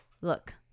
Look